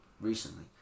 recently